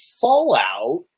fallout